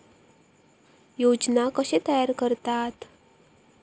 योजना कशे तयार करतात?